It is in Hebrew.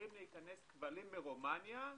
מתחילים להיכנס כבלים מרומניה.